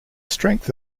strength